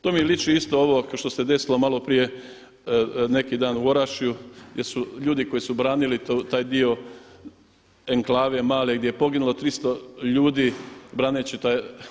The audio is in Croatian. To mi liči isto ovo što se desilo malo prije neki dan u Orašju, gdje su ljudi koji su branili taj dio enklave male, gdje je poginulo 300 ljudi braneći taj.